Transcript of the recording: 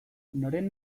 noren